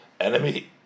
enemy